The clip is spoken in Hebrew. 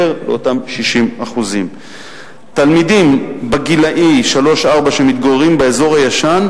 מעבר לאותם 60%. תלמידים גילאי שלוש ארבע שמתגוררים באזור הישן